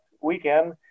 weekend